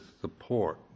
support